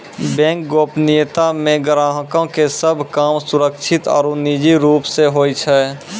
bank गोपनीयता मे ग्राहको के सभ काम सुरक्षित आरु निजी रूप से होय छै